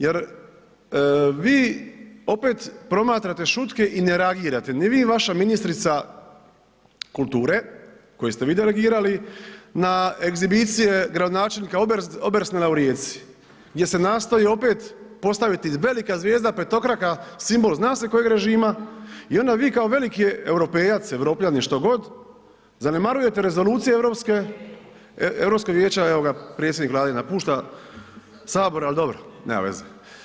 Jer vi opet promatrate šutke i ne reagirate ni vi ni vaša ministrica kulture koju ste vi delegirali na egzibicije gradonačelnika Obersnela u Rijeci gdje se nastoji opet postaviti velika zvijezda petokraka, simbol zna se kojeg režima i onda vi kao veliki europejac, Europljanin, što god, zanemarujete rezolucije Europskog vijeća, evo ga, predsjednik Vlade napušta Sabor ali dobro, nema veze.